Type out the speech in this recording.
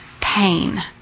pain